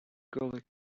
colic